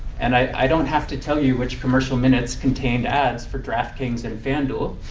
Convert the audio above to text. and i don't have to tell you which commercial minutes contained ads for draftkings and fanduel